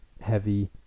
heavy